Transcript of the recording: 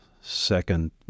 second